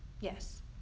Yes